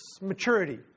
maturity